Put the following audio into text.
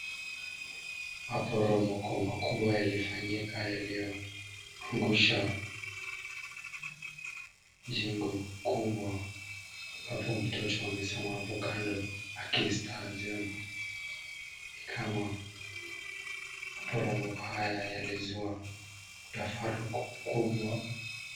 Maporomoko makubwa yalifanyika yaliyoangusha jengo kubwa ambapo mtoto amesimama hapo kando akistaajabu. Ni kama maporomoko haya yalizua mtafaruku mkubwa.